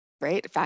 right